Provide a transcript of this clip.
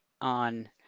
on